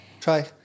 try